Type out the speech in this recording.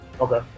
okay